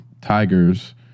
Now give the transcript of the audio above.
tigers